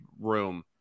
room